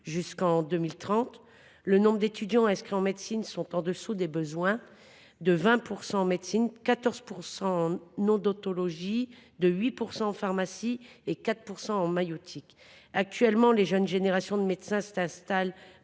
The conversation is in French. jusqu’en 2030. Le nombre d’étudiants inscrits en médecine est en dessous des besoins, de 20 % en médecine, 14 % en odontologie, 8 % en pharmacie et 4 % en maïeutique. Actuellement, les jeunes générations de médecins s’installent